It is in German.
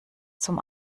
zum